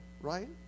right